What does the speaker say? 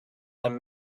and